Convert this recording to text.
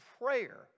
prayer